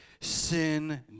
sin